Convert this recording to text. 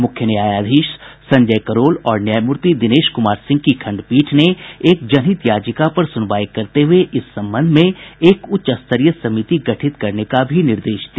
मुख्य न्यायाधीश संजय करोल और न्यायमूर्ति दिनेश कुमार सिंह की खंडपीठ ने एक जनहित याचिका पर सुनवाई करते हुये इस संबंध में एक उच्च स्तरीय समिति गठित करने का निर्देश भी दिया